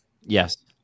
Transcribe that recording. yes